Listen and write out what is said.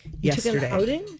yesterday